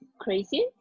Crazy